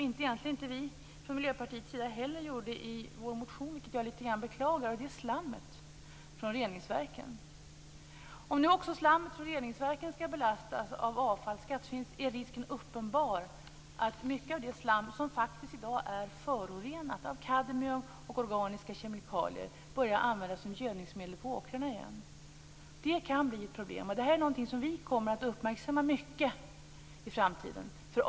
Inte heller vi i Miljöpartiet tog upp det i vår motion, vilket jag lite grann beklagar. Det gäller slammet från reningsverken. Om nu också detta skall belastas med avfallsskatt är risken uppenbar att mycket av det slam som i dag är förorenat av kadmium och organiska kemikalier börjar användas som gödningsmedel på åkrarna igen. Det kan bli ett problem. Det här är någonting som vi kommer att uppmärksamma mycket i framtiden.